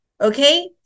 okay